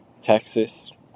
Texas